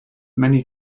many